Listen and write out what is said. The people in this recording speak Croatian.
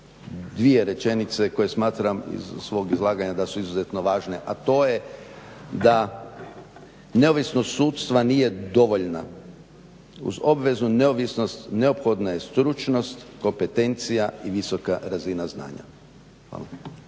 dvije rečenice koje smatram iz svog izlaganja da su izuzetno važne. A to je da neovisnost sudstva nije dovoljna uz obvezu neovisnost neophodna je stručnost, kompetencija i visoka razina znanja. Hvala.